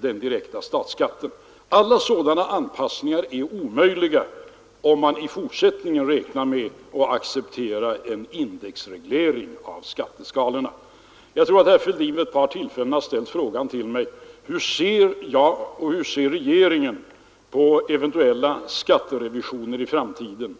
den direkta statsskatten. Alla sådana anpassningar är omöjliga, om man i fortsättningen räknar med att acceptera indexreglering av skatteskalorna. Jag tror att herr Fälldin vid ett par tillfällen har ställt frågan till mig: Hur ser finansministern och hur ser regeringen på eventuella skatterevisioner i framtiden?